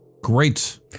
Great